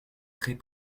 très